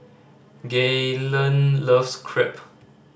Gaylene loves Crepe